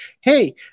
hey